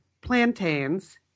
plantains